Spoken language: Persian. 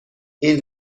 این